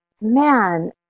man